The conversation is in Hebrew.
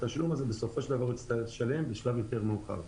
את התשלום הזה הוא יצטרך לשלם בסופו של דבר שלב יותר מאוחר.